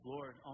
Lord